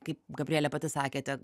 kaip gabrielė pati sakėte